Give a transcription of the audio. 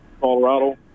Colorado